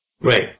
Right